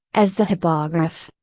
as the hippogriff.